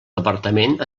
departament